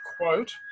quote